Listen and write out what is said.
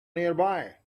nearby